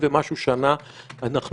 של